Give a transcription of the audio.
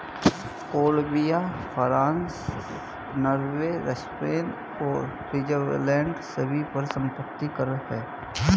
Colombia, France, Norway, Spain और Switzerland सभी पर संपत्ति कर हैं